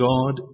God